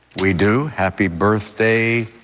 we do. happy birthday,